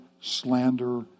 slander